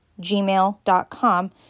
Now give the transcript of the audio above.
Gmail.com